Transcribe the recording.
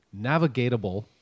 navigatable